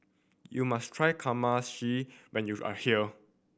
you must try when you are here